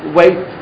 wait